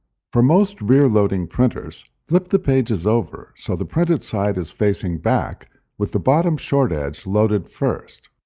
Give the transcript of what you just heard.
for most rear-loading printers, flip the pages over so the printed side is facing back with the bottom short edge loaded first.